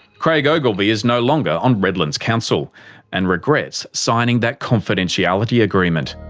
craig ogilvie is no longer on redlands council and regrets signing that confidentiality agreement.